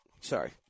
Sorry